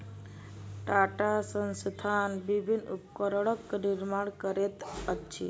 टाटा संस्थान विभिन्न उपकरणक निर्माण करैत अछि